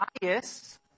bias